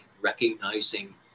recognizing